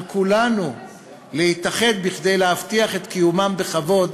על כולנו להתאחד כדי להבטיח את קיומם בכבוד